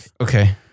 Okay